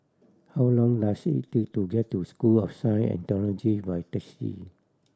how long does it take to get to School of Science and Technology by taxi